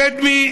שדמי,